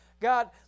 God